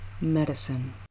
Medicine